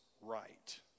right